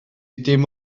dim